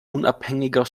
unabhängiger